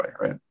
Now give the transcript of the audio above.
Right